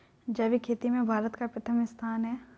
जैविक खेती में भारत का प्रथम स्थान है